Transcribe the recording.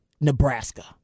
Nebraska